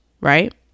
right